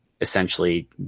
essentially